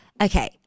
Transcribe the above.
Okay